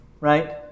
right